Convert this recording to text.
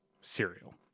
cereal